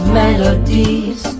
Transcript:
melodies